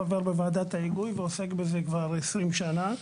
חבר בוועדת ההיגוי ועוסק בזה כבר 20 שנה.